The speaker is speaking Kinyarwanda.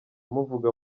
muvuga